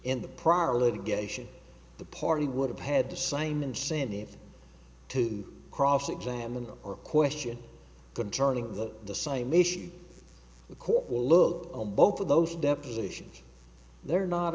in the prior litigation the party would have had the same incentive to cross examine or question concerning the the same issue the court will look on both of those depositions they're not